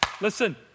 listen